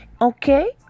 Okay